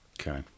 Okay